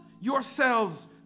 yourselves